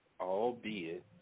albeit